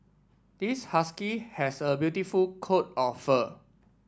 this husky has a beautiful coat of fur